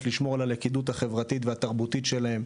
לשמור על הלכידות החברתית והתרבותית שלהם.